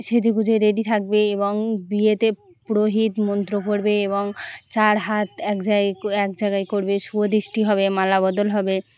সেজেগুজে ready থাকবে এবং বিয়েতে পুরোহিত মন্ত্র পড়বে এবং চার হাত এক জায়গায় এক জায়গায় করবে শুভদৃষ্টি হবে মালা বদল হবে